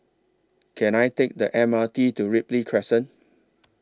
Can I Take The M R T to Ripley Crescent